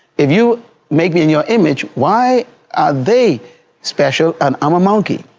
if you make me in your image, why are they special? and i'm a monkey?